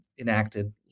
enacted